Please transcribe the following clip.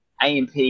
AMP